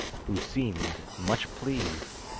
who seemed much pleased,